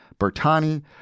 Bertani